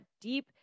deep